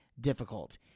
difficult